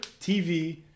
TV